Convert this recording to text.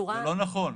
לא נכון.